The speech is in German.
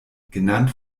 genannt